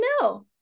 no